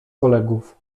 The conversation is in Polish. kolegów